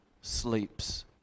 sleeps